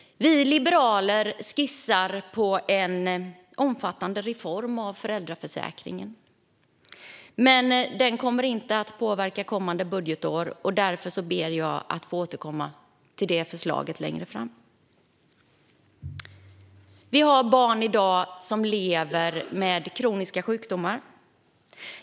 Vi liberaler skissar på en omfattande reform av föräldraförsäkringen, men den kommer inte att påverka kommande budgetår. Därför ber jag att få återkomma till det förslaget längre fram. Vi har i dag barn som lever med kroniska sjukdomar.